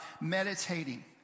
meditating